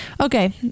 Okay